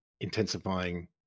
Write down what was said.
intensifying